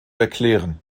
erklären